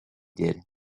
did